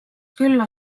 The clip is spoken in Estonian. külla